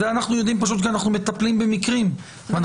אנחנו יודעים את זה כי אנחנו מטפלים במקרים ואנחנו מתקשרים.